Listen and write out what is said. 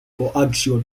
coaxial